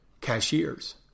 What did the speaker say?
cashiers